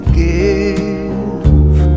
give